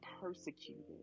persecuted